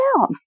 down